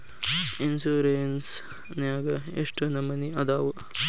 Insurance ನ್ಯಾಗ ಎಷ್ಟ್ ನಮನಿ ಅದಾವು?